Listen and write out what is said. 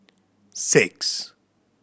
six